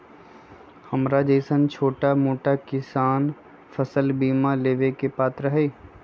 हमरा जैईसन छोटा मोटा किसान फसल बीमा लेबे के पात्र हई?